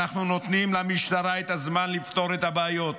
אנחנו נותנים למשטרה את הזמן לפתור את הבעיות.